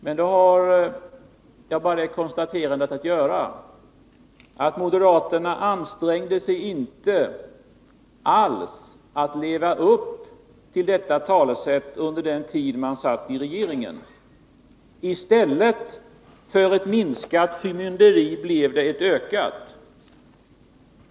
Jag vill då bara göra det konstaterandet, att moderaterna inte alls ansträngde sig för att leva upp till detta under den tid de satt i regeringen. I stället för ett minskat förmynderi blev det ett ökat.